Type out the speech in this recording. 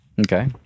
okay